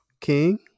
King